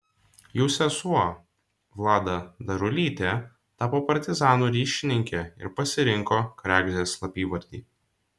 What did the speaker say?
jų sesuo vlada darulytė tapo partizanų ryšininkė ir pasirinko kregždės slapyvardį